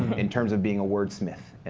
in terms of being a wordsmith. and